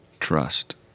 Trust